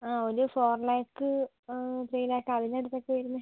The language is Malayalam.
ആ ഒരു ഫോർ ലാക്ക് ത്രീ ലാക്ക് അതിനടുത്തൊക്കെ വരുന്ന